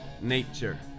nature